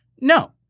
No